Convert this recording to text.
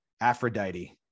Aphrodite